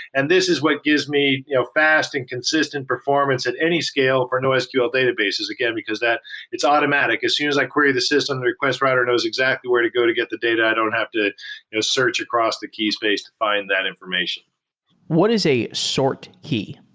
and this is what gives me you know fast and consistent performance in any scale for nosql databases, again, because it's automatic. as soon as i query the system, the request writer knows exactly where to go to get the data. i don't have to search across the key space to find that information what is a sort key?